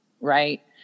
right